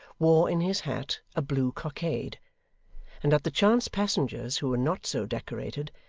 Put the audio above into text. wore in his hat a blue cockade and that the chance passengers who were not so decorated,